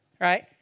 right